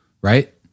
right